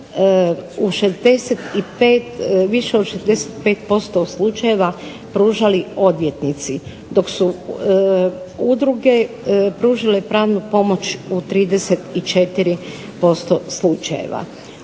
od 65% slučajeva pružali odvjetnici, dok su udruge pružile pravnu pomoć u 34% slučajeva.